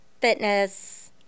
fitness